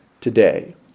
today